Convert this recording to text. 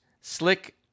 slick